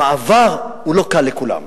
המעבר הוא לא קל לכולם.